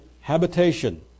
habitation